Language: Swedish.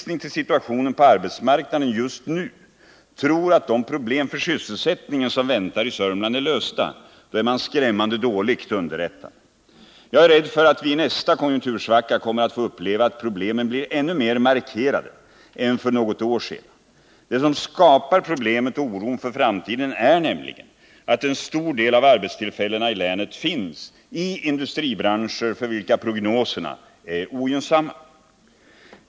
nu, tror att de problem för sysselsättningen som väntar i Södermanland är lösta, är man skrämmande dåligt underrättad. Jag är rädd för att vi i nästa konjunktursvacka kommer att få uppleva att problemen blir ännu mer markerade än de var för något år sedan. Vad som skapar problemen och oron för framtiden är nämligen att en stor del av arbetstillfällena i länet finns i industribranscher för vilka prognoserna är ogynnsamma.